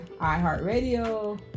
iHeartRadio